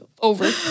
over